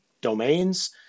domains